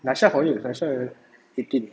aisyah four years aisyah eighteen